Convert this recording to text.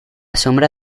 sombra